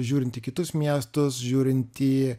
žiūrint į kitus miestus žiūrint į